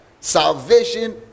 salvation